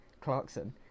Clarkson